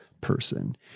person